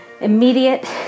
immediate